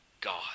God